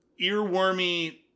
earwormy